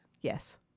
yes